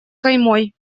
каймой